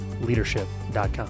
leadership.com